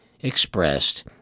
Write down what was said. expressed